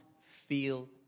feel